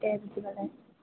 दे बिदिबालाय